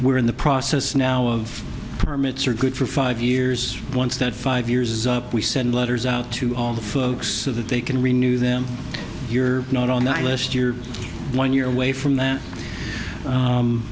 we're in the process now of permits are good for five years once that five years is up we send letters out to all the folks that they can renew them you're not on that list year when you're away from th